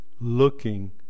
looking